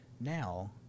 Now